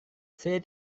saya